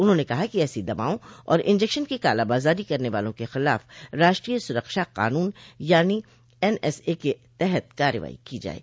उन्होंने कहा कि ऐसी दवाओं और इंजेक्शन की कालाबाजारी करने वालों के खिलाफ राष्ट्रीय सुरक्षा कानून यानी एनएसए के तहत कार्रवाई की जाये